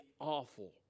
awful